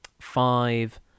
five